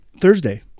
Thursday